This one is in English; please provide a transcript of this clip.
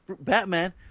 Batman